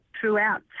throughout